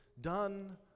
done